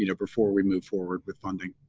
you know before we move forward with funding.